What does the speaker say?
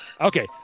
Okay